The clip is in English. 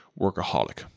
workaholic